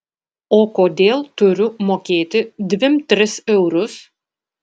o kodėl turiu mokėti dvim tris eurus